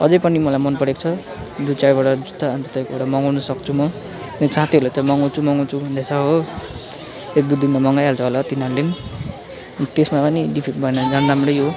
अझै पनि मलाई मन परेको छ दुई चारवटा जुत्ता अन्त त्यहाँबाट मगाउनु सक्छु म मेरो साथीहरूले त मगाउँछु मगाउँछु भन्दैछ हो एक दुई दिनमा मगाइहाल्छ होला तिनीहरूले पनि त्यसमा पनि डिफेक्ट भएन भने झन् राम्रै हो